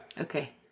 Okay